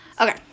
Okay